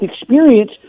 experience